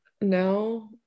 no